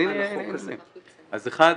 אחד,